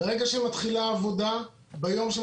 ביום שמתחילה עבודה,